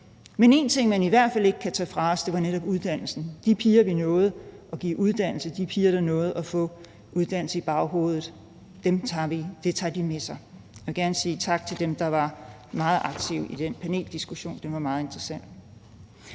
Men en ting, man i hvert fald ikke kan tage fra os, var netop uddannelsen. De piger, vi nåede at give uddannelse, de piger, der nåede at få uddannelse, tager det med sig. Jeg vil gerne sige tak til dem, der var meget aktive i den paneldiskussion – det var meget interessant.